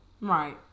Right